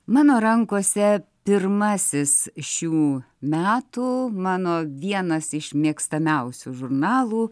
mano rankose pirmasis šių metų mano vienas iš mėgstamiausių žurnalų